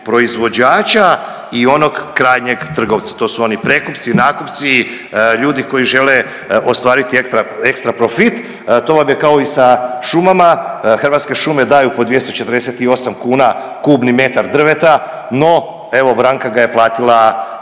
proizvođača i onog krajnjeg trgovca, to su oni prekupci, nakupci ljudi koji žele ostvariti ekstra profit. To vam je kao i sa šumama, Hrvatske šume daju po 248 kn kubni metar drveta, no evo Branka ga je platila